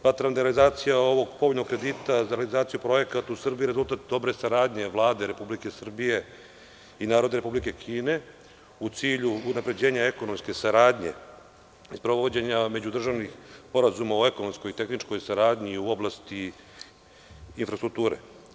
Smatram da realizacija ovog povoljnog kredita za realizaciju projekata u Srbiji rezultat dobre saradnje Vlade Republike Srbije i Narodne Republike kine u cilju unapređenja ekonomske saradnje i sprovođenja međudržavnih sporazuma o ekonomskoj i tehničkoj saradnji u oblasti infrastrukture.